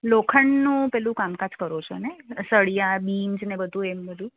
લોખંડનું પેલું કામકાજ કરું છો ને સળિયાને જ એવું બધું